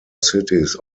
cities